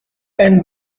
and